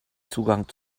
zugang